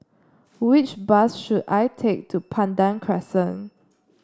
which bus should I take to Pandan Crescent